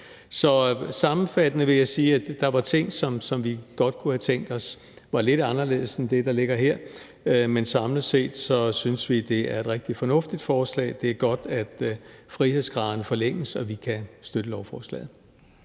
Så sammenfattende vil jeg sige, at der var ting, som vi godt kunne have tænkt os var lidt anderledes end det, der ligger her, men samlet set synes vi, det er et rigtig fornuftigt forslag. Det er godt, at frihedsgraderne forlænges, og vi kan støtte lovforslaget.